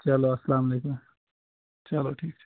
چلو اَسلام علیکُم چلو ٹھیٖک چھِ